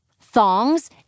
Thongs